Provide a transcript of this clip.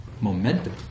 momentum